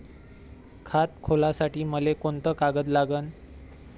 खात खोलासाठी मले कोंते कागद लागन?